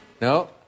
No